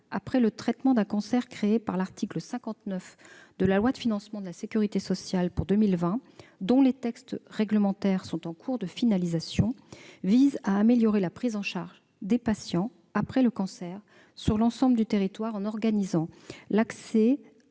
après le traitement d'un cancer, créé par l'article 59 de la loi de financement de la sécurité sociale pour 2020, dont les textes réglementaires sont en cours de finalisation, vise à améliorer la prise en charge des patients après le cancer sur l'ensemble du territoire en organisant la